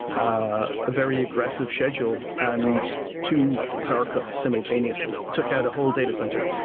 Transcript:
ah a very aggressive schedule and two power cut simultaneously. it took out a whole data center.